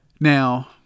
Now